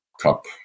cup